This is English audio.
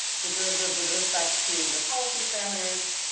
the derivative with respect to your policy parameters,